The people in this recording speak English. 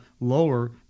lower